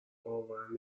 باور